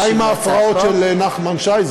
מה עם ההפרעות של נחמן שי?